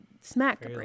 smack